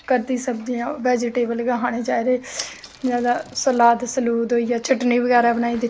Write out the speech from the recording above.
घर दियां सब्जियां बैजीटेवल गै खाने चाहिदे जियां सलाद बगैरा होइया चटनी बनाई दित्ती